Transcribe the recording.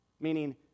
Meaning